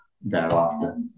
thereafter